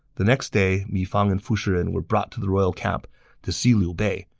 the next day, mi fang and fu shiren were brought to the royal camp to see liu bei,